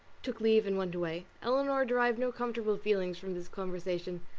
took leave, and went away. elinor derived no comfortable feelings from this conversation,